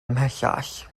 ymhellach